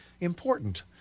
important